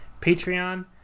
Patreon